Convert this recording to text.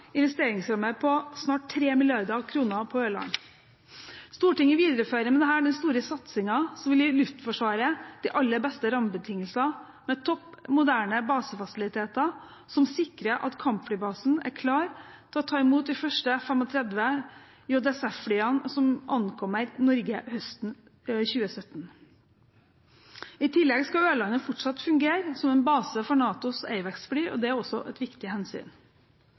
investeringsramme på snart 3 mrd. kr på Ørland. Stortinget viderefører med dette den store satsingen som vil gi Luftforsvaret de aller beste rammebetingelser, med topp moderne basefasiliteter som sikrer at kampflybasen er klar til å ta imot de første F-35 JSF-flyene som ankommer Norge høsten 2017. I tillegg skal Ørland fortsatt fungere som en base for NATOs AWACS-fly, og det er også et viktig hensyn.